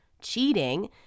cheating